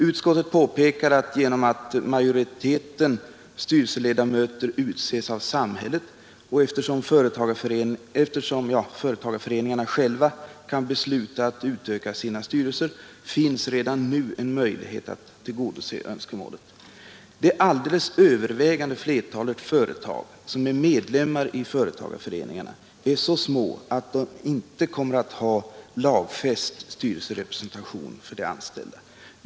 Utskottet påpekar att genom att majoriteten styrelseledamöter utses av samhället, och eftersom föreningarna själva kan besluta att utöka sina styrelser, finns redan nu en möjlighet att tillgodose önskemålet. Det alldeles övervägande flertalet företag som är medlemmar i företagarföreningarna är så små att de inte kommer att ha lagfäst styrelserepresentation för de anställda.